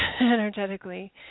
energetically